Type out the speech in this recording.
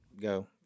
go